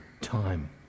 time